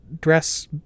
dress